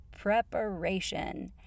preparation